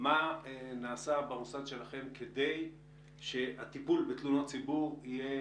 מה נעשה במוסד שלכם כדי שהטיפול בתלונות ציבור יהיה